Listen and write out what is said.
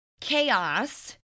chaos